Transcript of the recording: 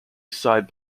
side